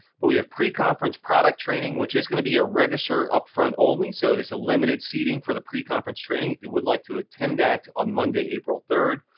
but we have pre-conference product training, which is going to be a register upfront only. so there's a limited seating for the pre-conference training, if you would like to attend that on monday, april third.